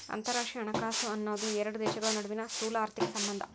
ಅಂತರರಾಷ್ಟ್ರೇಯ ಹಣಕಾಸು ಅನ್ನೋದ್ ಎರಡು ದೇಶಗಳ ನಡುವಿನ್ ಸ್ಥೂಲಆರ್ಥಿಕ ಸಂಬಂಧ